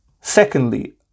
Secondly